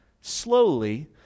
slowly